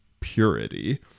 purity